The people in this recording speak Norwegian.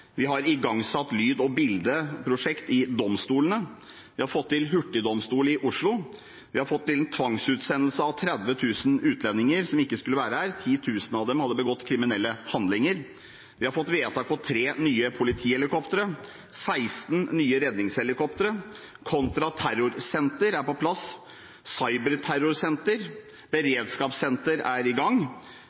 i Nederland igangsatt lyd- og bildeprosjekt i domstolene fått til hurtigdomstol i Oslo fått til tvangsutsendelse av 30 000 utlendinger som ikke skulle være her, 10 000 av dem hadde begått kriminelle handlinger fått vedtak om tre nye politihelikoptre, 16 nye redningshelikoptre, kontraterrorsenter er på plass, cyberterrorsenter, beredskapssenter er i gang